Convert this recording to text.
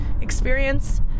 experience